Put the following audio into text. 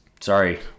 Sorry